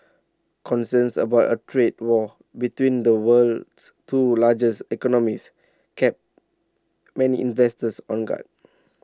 concerns about A trade war between the world's two largest economies kept many investors on guard